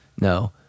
no